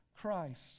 Christ